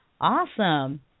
Awesome